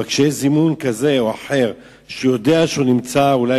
אבל כשיש זימון כזה או אחר והוא יודע שהוא נמצא אולי